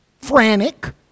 frantic